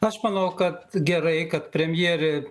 aš manau kad gerai kad premjerė